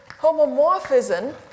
homomorphism